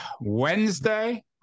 Wednesday